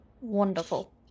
wonderful